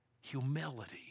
humility